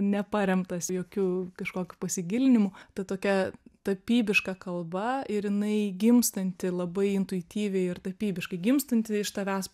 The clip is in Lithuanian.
neparemtas jokiu kažkokiu pasigilinimu ta tokia tapybiška kalba ir jinai gimstanti labai intuityviai ir tapybiškai gimstanti iš tavęs